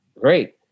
great